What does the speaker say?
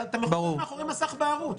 אתה מאחורי מסך בערות,